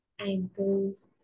Ankles